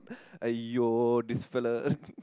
!aiyo! this fella